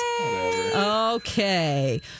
Okay